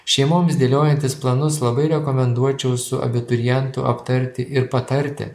šeimoms dėliojantis planus labai rekomenduočiau su abiturientu aptarti ir patarti